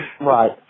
Right